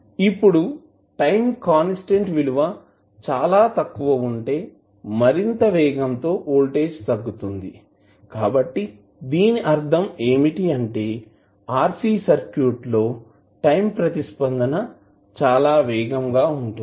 ఇప్పుడు time constant విలువ చాలా తక్కువ వుంటే మరింత వేగంతో వోల్టేజ్ తగ్గుతుందికాబట్టి దీని అర్ధం ఏమిటి అంటే RC సర్క్యూట్ లో టైం ప్రతిస్పందన చాలా వేగంగా వుంటుంది